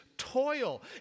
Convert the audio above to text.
Toil